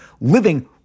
living